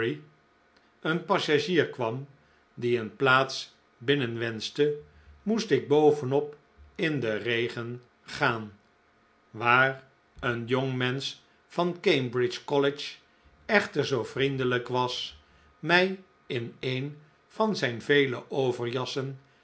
een passagier kwam die een plaats binnen wenschte moest ik bovenop in den regen gaan waar een jongmensch van cambridge college echter zoo vriendelijk was mij in een van zijn vele